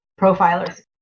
profilers